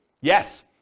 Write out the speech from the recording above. Yes